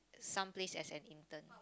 some place as an intern